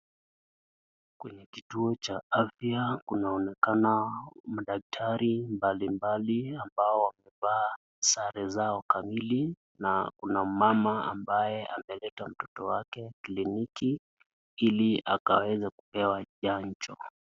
Kwenye kituo cha afya kunaonekana daktari mbalimbali ambao wamefaa sare zao kamili na Kuna mama ambaye ameleta mtoto wake cliniki hili akaweze kupewa chanjo.